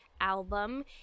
album